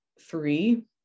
three